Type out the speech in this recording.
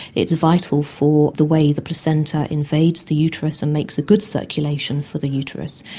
it's vital for the way the placenta invades the uterus and makes a good circulation for the uterus.